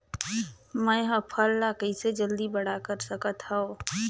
मैं ह फल ला कइसे जल्दी बड़ा कर सकत हव?